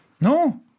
No